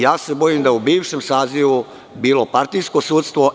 Ja se bojim da je u bivšem sazivu bilo partijsko sudstvo.